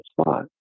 spot